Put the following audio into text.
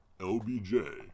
LBJ